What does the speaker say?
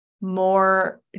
more